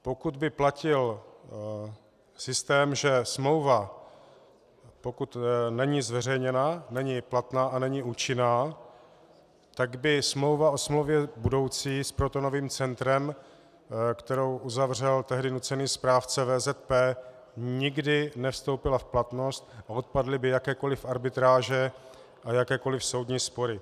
Pokud by platil systém, že smlouva, pokud není zveřejněna, není platná a není účinná, tak by smlouva o smlouvě budoucí s protonovým centrem, kterou uzavřel tehdy nucený správce VZP, nikdy nevstoupila v platnost a odpadly by jakékoli arbitráže a jakékoli soudní spory.